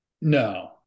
No